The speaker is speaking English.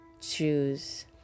choose